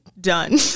done